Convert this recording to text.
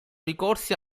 ricorsi